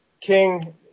King